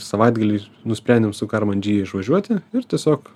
savaitgalį nusprendėm su karman ghia išvažiuoti ir tiesiog